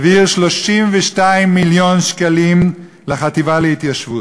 העביר 32 מיליון שקלים לחטיבה להתיישבות.